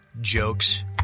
jokes